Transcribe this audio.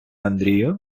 андрію